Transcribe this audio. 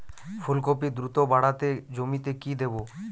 ফুলকপি দ্রুত বাড়াতে জমিতে কি দেবো?